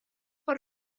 por